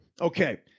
Okay